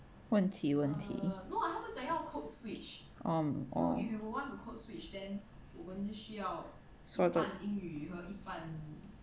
问题问题 oh 说中